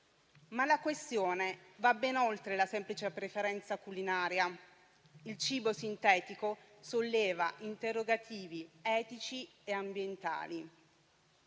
La questione va però ben oltre la semplice preferenza culinaria: il cibo sintetico solleva interrogativi etici e ambientali.